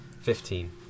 Fifteen